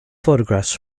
photographs